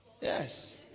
Yes